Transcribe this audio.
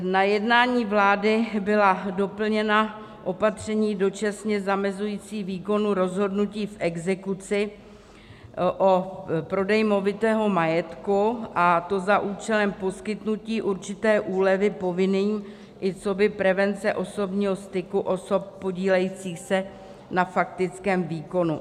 Na jednání vlády byla doplněna opatření dočasně zamezující výkonu rozhodnutí v exekuci o prodeji movitého majetku, a to za účelem poskytnutí určité úlevy povinný (?) i coby prevence osobního styku osob podílejících se na faktickém výkonu.